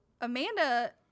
Amanda